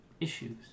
issues